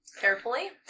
Carefully